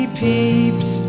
peeps